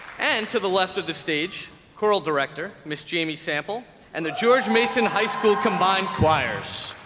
and to the left of the stage choral director miss jamie sample and the george mason high school combined choirs